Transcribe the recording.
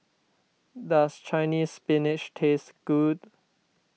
does Chinese Spinach taste good